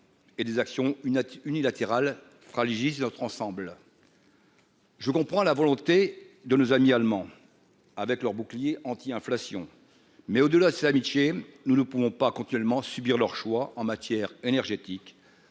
: une action unilatérale fragilise l'autre ensemble. Je comprends la volonté de nos amis allemands, avec leur bouclier anti-inflation, mais au-delà c'est amitié, nous ne pouvons pas continuellement subir leurs choix en matière énergétique,